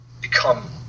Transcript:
become